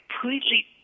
completely